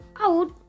out